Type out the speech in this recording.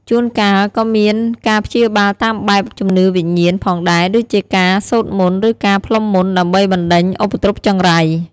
ជួនកាលក៏មានការព្យាបាលតាមបែប ជំនឿវិញ្ញាណ ផងដែរ ដូចជាការសូត្រមន្ត ឬការផ្លុំមន្ត ដើម្បីបណ្ដេញឧបទ្រពចង្រៃ។